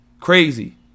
Crazy